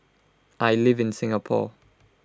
I live in Singapore